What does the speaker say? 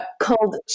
called